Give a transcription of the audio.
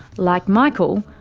like michael,